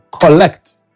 collect